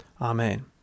Amen